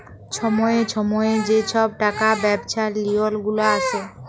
ছময়ে ছময়ে যে ছব টাকা ব্যবছার লিওল গুলা আসে